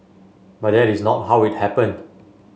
but that is not how it happened